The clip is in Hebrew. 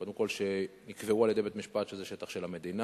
קודם כול שנקבע על-ידי בית-המשפט שזה שטח של המדינה.